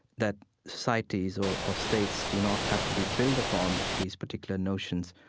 that societies or or states do not have to be built upon these particular notions,